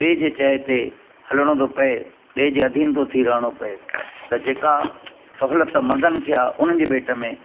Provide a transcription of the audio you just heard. ॿि जे चए ते हलिणो थो पवे ॿिए जे अधीन थो थी रहिणो पवे त जेका सहुलियत मर्दनि खे आहे उन्हनि जे भेट में